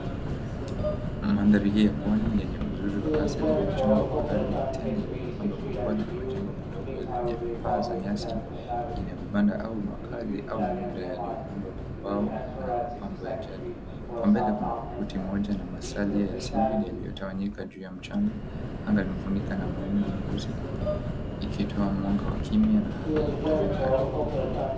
Mandhari hii ya Pwani yenye uzuri wa asili, mchanga wa bahari, mitende uliopandwa kwa upole na majengo madogo yenye paa za nyasi ina vibanda au makazi au mda yaliyoundwa kwa mbao na mapambo ya jadi, kwa mbele kuna kuti moja na masalio ya sali yaliyotawanyika juu ya mchanga, anga imefunika na mawingu meusi ikitoa mwanga wa kimya na hali ya kutafakari.